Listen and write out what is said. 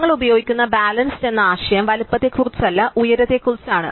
ഞങ്ങൾ ഉപയോഗിക്കുന്ന ബാലൻസ്ഡ് എന്ന ആശയം വലുപ്പത്തെക്കുറിച്ചല്ല ഉയരത്തെക്കുറിച്ചാണ്